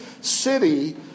city